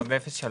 לא, ב-03.